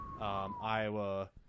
Iowa